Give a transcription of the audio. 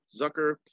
Zucker